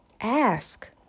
Ask